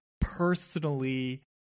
personally